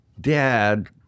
Dad